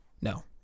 No